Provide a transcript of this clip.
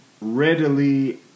readily